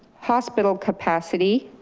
hospital capacity,